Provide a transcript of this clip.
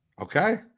Okay